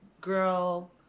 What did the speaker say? Girl